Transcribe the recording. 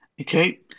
Okay